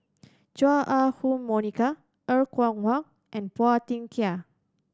Chua Ah Huwa Monica Er Kwong Wah and Phua Thin Kiay